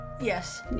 Yes